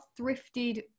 thrifted